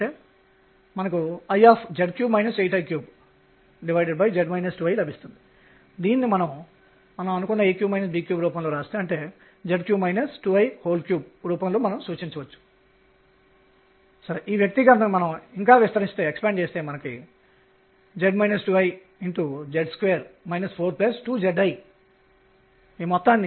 కాబట్టి ఇది సాధారణీకృత మొమెంటం ద్రవ్యవేగం యొక్క భావన మరియు దీనిని సాధారణీకృత మొమెంటం ద్రవ్యవేగం అని ఎందుకు పిలుస్తారో నేను మీకు చూపిస్తాను